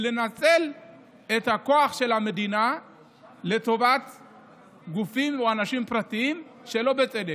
לנצל את הכוח של המדינה על גופים או אנשים פרטיים שלא בצדק.